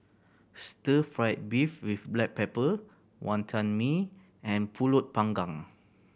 stir fried beef with black pepper Wantan Mee and Pulut Panggang